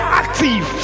active